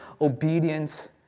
obedience